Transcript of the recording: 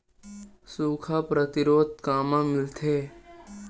सुखा प्रतिरोध कामा मिलथे?